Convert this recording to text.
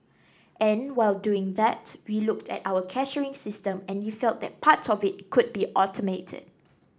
and while doing that we looked at our cashiering system and we felt that part of it could be automated